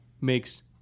makes